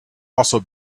also